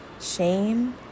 Shame